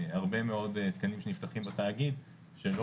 הרבה מאוד תקנים שנפתחים בתאגיד שלא